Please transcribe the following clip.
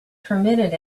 permitted